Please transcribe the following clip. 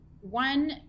One